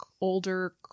older